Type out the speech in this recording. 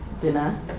dinner